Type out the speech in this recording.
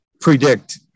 predict